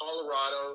Colorado